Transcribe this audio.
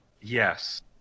Yes